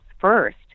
first